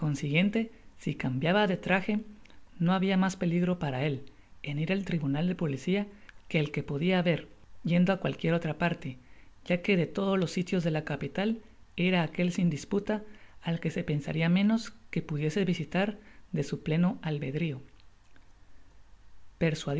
consiguiente si cambiaba de traje no habia mas peligro para él en ir al tribunal de policia que el que podia haber yendo á cualquiera otra parte ya que de to dos los sitios de la capital era aquel sin disputa al que se pensaria menos que pudiese visitar de su pleno